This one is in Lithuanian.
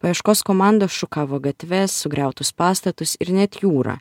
paieškos komandos šukavo gatves sugriautus pastatus ir net jūrą